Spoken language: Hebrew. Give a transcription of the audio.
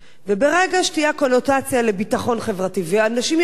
ברגע שתהיה הקונוטציה של ביטחון חברתי ואנשים יבינו